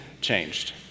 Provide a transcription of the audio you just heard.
changed